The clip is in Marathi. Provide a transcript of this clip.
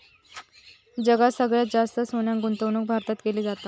जगात सगळ्यात जास्त सोन्यात गुंतवणूक भारतात केली जाता